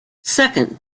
second